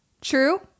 True